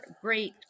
great